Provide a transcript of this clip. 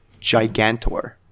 gigantor